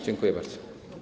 Dziękuję bardzo.